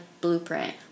blueprint